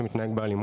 שמתנהג באלימות,